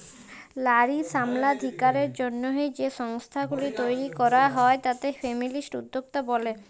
লারী সমালাধিকারের জ্যনহে যে সংস্থাগুলি তৈরি ক্যরা হ্যয় তাতে ফেমিলিস্ট উদ্যক্তা ব্যলে